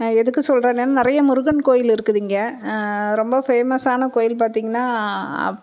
நான் எதுக்கு சொல்கிறேன்னா நிறைய முருகன் கோயில் இருக்குது இங்கே ரொம்ப ஃபேமஸான கோயில் பார்த்தீங்கன்னா